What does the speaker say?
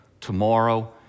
tomorrow